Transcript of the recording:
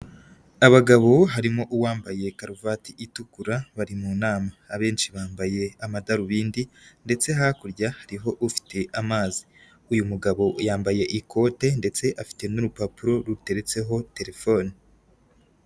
Abagabo harimo uwambaye karuvati itukura bari mu nama, abenshi bambaye amadarubindi ndetse hakurya hariho ufite amazi, uyu mugabo yambaye ikote ndetse afite n'urupapuro ruteretseho telefone.